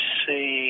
see